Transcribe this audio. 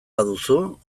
baduzu